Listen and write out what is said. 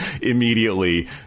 immediately